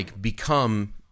become